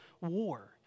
war